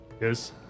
Yes